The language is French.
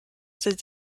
ces